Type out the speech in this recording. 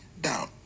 down